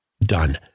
Done